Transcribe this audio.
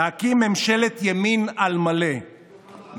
באמת